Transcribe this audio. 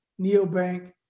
neobank